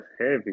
heavy